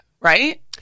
right